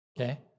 okay